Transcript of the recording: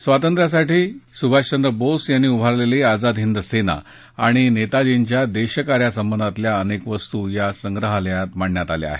स्वातंत्र्यासाठी सुभाषचंद्र बोस यांनी उभारलेली आझाद हिंद सेना आणि नेताजींच्या देशकार्यासंबंधातल्या अनेक वस्तू या संग्रहालयात मांडण्यात आल्या आहेत